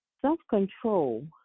Self-control